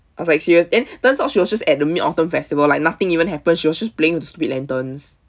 I was like serious then turns out she was just at the mid autumn festival like nothing even happened she was just playing with the stupid lanterns